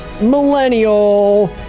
millennial